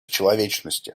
человечности